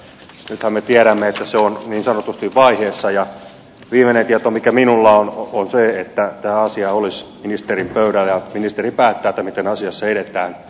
nythän me tiedämme että se on niin sanotusti vaiheessa ja viimeinen tieto mikä minulla on on se että tämä asia olisi ministerin pöydällä ja ministeri päättää miten asiassa edetään